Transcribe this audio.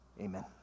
amen